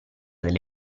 delle